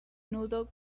nudo